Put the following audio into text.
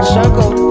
Circle